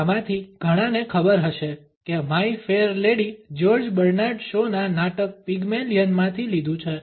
તમારામાંથી ઘણાને ખબર હશે કે my fair lady George Bernard શોના નાટક પિગમેલીયન માંથી લીધું છે